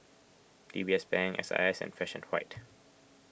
D B S Bank S I S and Fresh and White